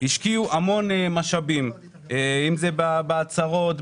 השקיעו המון משאבים אם זה בהצהרות,